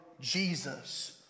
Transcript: Jesus